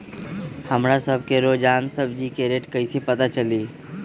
हमरा सब के रोजान सब्जी के रेट कईसे पता चली?